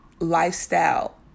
lifestyle